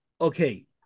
okay